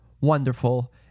wonderful